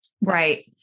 right